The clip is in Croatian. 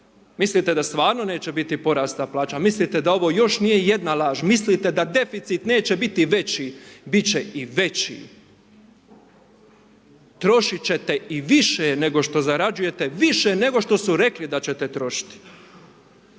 mislite da stvarno neće biti porasta plaća? Mislite da ovo još nije jedna laž? Mislite da deficit neće biti veći? Biti će i veći. Trošiti ćete i više nego što zarađujete, više nego što su rekli da ćete trošiti.